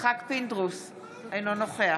אינו נוכח